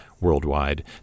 worldwide